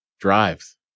Drives